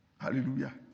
Hallelujah